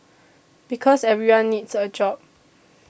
because everyone needs a job